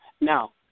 Now